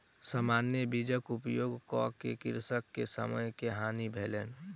सामान्य बीजक उपयोग कअ के कृषक के समय के हानि भेलैन